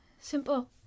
Simple